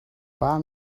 paar